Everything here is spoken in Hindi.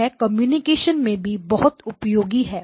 यह कम्युनिकेशन में भी बहुत उपयोगी है